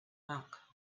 milk